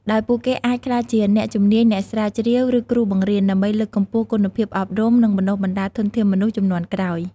ដោយពួកគេអាចក្លាយជាអ្នកជំនាញ អ្នកស្រាវជ្រាវ ឬគ្រូបង្រៀន ដើម្បីលើកកម្ពស់គុណភាពអប់រំ និងបណ្ដុះបណ្ដាលធនធានមនុស្សជំនាន់ក្រោយ។